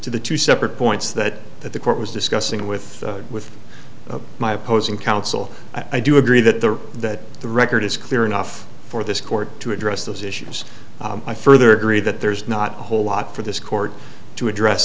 to the two separate points that that the court was discussing with with my opposing counsel i do agree that the that the record is clear enough for this court to address those issues i further agree that there's not a whole lot for this court to address